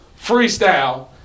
freestyle